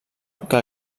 que